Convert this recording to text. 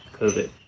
COVID